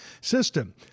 system